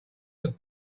look